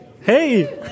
Hey